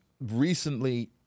recently